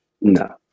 No